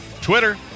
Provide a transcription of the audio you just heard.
Twitter